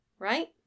Right